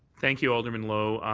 thank you, alderman lowe.